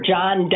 John